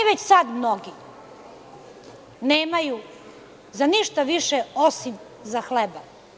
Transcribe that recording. Već sada mnogi nemaju, ni za šta više, osim za hleba.